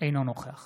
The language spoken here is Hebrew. אינו נוכח